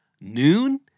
noon